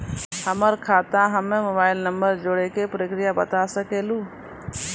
हमर खाता हम्मे मोबाइल नंबर जोड़े के प्रक्रिया बता सकें लू?